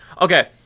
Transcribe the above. Okay